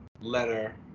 letter